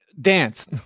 Dance